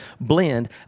blend